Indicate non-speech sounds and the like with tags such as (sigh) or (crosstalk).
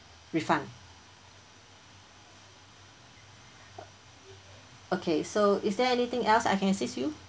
refund (noise) okay so is there anything else I can assist you